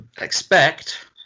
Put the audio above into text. Expect